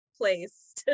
place